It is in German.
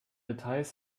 details